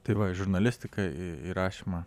tai va į žurnalistiką į į rašymą